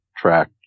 track